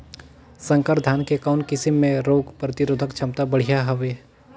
संकर धान के कौन किसम मे रोग प्रतिरोधक क्षमता बढ़िया हवे?